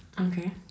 Okay